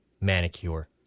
manicure